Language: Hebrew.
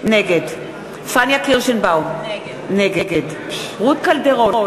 נגד פניה קירשנבאום, נגד רות קלדרון,